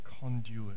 conduit